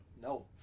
No